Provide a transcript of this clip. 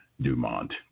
Dumont